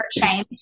shame